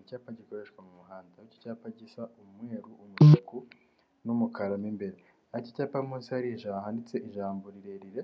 Icyapa gikoreshwa mu muhanda, aho iki cyapa gisa umweru, umutuku n'umukara mo imbere. Aho iki cyapa munsi handitse ijambo rirerire